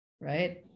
right